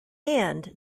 and